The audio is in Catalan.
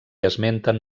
esmenten